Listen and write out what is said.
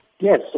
Yes